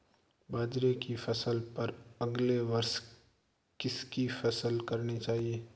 बाजरे की फसल पर अगले वर्ष किसकी फसल करनी चाहिए?